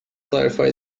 clarify